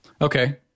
Okay